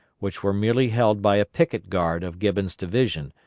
which were merely held by a picket guard of gibbon's division,